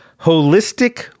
Holistic